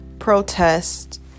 protest